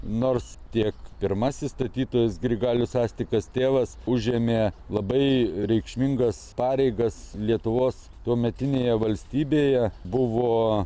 nors tiek pirmasis statytojas grigalius astikas tėvas užėmė labai reikšmingas pareigas lietuvos tuometinėje valstybėje buvo